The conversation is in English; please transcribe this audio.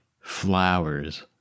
flowers